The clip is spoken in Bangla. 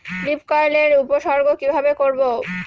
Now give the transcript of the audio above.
লিফ কার্ল এর উপসর্গ কিভাবে করব?